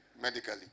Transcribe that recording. medically